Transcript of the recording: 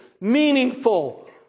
meaningful